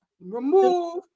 remove